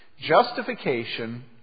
Justification